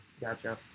Gotcha